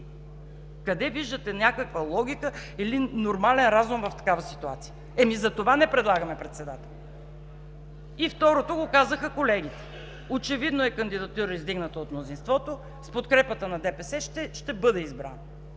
Къде виждате някаква логика или нормален разум в такава ситуация? Ами, затова не предлагаме председател и, второто, го казаха колегите: очевидно е, че кандидатура, издигната от мнозинството с подкрепата на ДПС, ще бъде избрана.